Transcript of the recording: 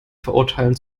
verurteilen